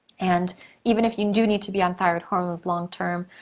and even if you do need to be on thyroid hormones long term,